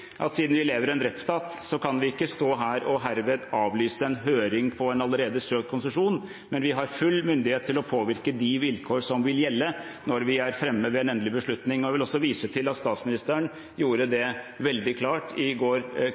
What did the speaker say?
Siden vi lever i en rettsstat, kan vi ikke stå her og herved avlyse en høring om en allerede omsøkt konsesjon. Men vi har full myndighet til å påvirke de vilkår som vil gjelde, når vi er fremme ved en endelig beslutning. Jeg vil også vise til at statsministeren gjorde det veldig klart i går